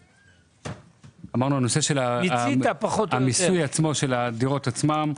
אמרנו, הנושא של מיסוי הדירות עצמן,